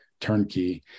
turnkey